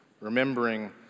remembering